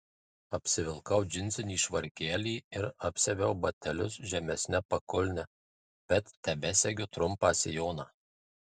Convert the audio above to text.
apsivilkau džinsinį švarkelį ir apsiaviau batelius žemesne pakulne bet tebesegiu trumpą sijoną